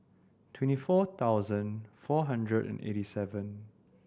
twenty four thousand four hundred and eighty seven